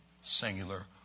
singular